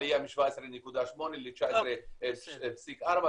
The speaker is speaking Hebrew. עלייה מ-17.8% ל-19.4%,